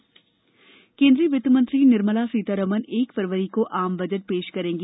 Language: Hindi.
बजट अपेक्षा केंद्रीय वित्तमंत्री निर्मला सीतारमण एक फरवरी को आम बजट पेश करेंगी